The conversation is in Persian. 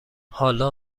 حالا